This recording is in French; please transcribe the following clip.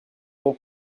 mon